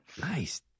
Nice